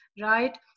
right